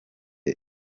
iyo